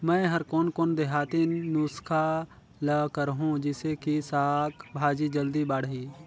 मै हर कोन कोन देहाती नुस्खा ल करहूं? जिसे कि साक भाजी जल्दी बाड़ही?